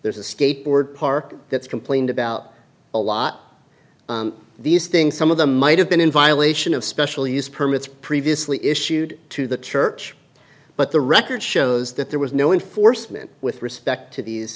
there's a skateboard park that's complained about a lot of these things some of them might have been in violation of special use permits previously issued to the church but the record shows that there was no enforcement with respect to these